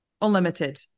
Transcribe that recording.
Unlimited